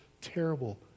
terrible